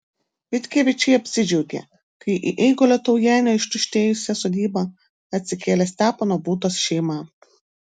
vitkevičiai apsidžiaugė kai į eigulio taujenio ištuštėjusią sodybą atsikėlė stepono būtos šeima